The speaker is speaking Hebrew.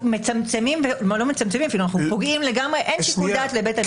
פוגעים לגמרי אין שיקול דעת לבית המשפט?